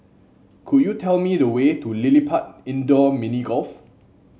could you tell me the way to LilliPutt Indoor Mini Golf